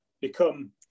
become